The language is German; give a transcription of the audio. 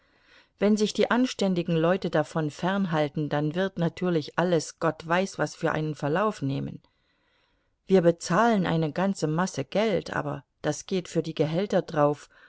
wenn sich die anständigen leute davon fernhalten dann wird natürlich alles gott weiß was für einen verlauf nehmen wir bezahlen eine ganze masse geld aber das geht für die gehälter drauf